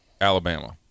Alabama